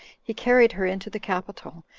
he carried her into the capitol,